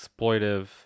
exploitive